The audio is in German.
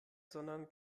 sondern